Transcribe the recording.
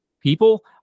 People